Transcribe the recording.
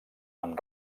amb